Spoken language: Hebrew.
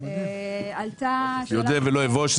אודה ולא אבוש,